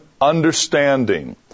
understanding